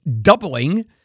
doubling